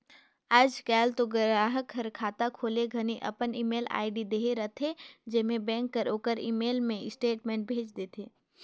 आयज कायल तो गराहक हर खाता खोले घनी अपन ईमेल आईडी देहे रथे जेम्हें बेंक हर ओखर ईमेल मे स्टेटमेंट भेज देथे